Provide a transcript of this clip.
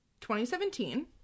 2017